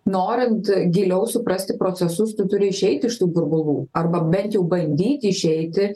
norint giliau suprasti procesus tu turi išeiti iš tų burbulų arba bent jau bandyti išeiti